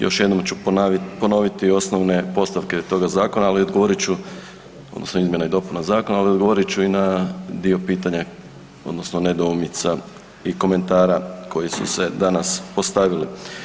Još jednom ću ponoviti osnovne postavke toga zakona, ali ogovorit ću odnosno izmjena i dopuna zakona, ali odgovorit ću i na dio pitanja odnosno nedoumica i komentara koji su se danas postavili.